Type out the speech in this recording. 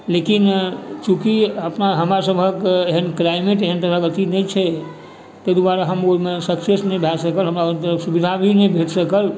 लेकिन चूँकि अपना हमरा सभक एहन क्लाइमेट ओहन तरहक नहि छै तेँ दुआरे हम ओहिमे सक्सेस नहि भए सकल हमरा सुविधा भी नहि भेट सकल